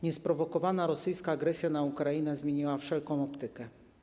Niesprowokowana rosyjska agresja na Ukrainę zmieniła wszelką optykę.